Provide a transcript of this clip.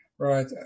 Right